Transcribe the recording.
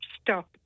Stop